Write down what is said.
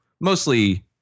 mostly